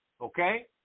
okay